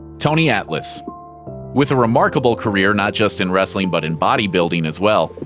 tony atlas with a remarkable career not just in wrestling but in body building as well,